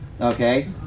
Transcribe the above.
Okay